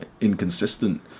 inconsistent